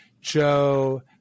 Joe